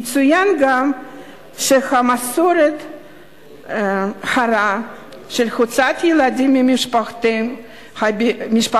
יצוין גם שהמסורת הרעה של הוצאת ילדים ממשפחותיהם הביולוגיות